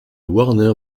warner